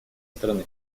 страны